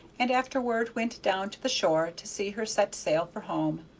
and afterward went down to the shore to see her set sail for home.